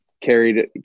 carried